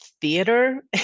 theater